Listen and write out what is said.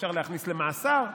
אפשר להכניס למאסר,